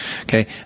Okay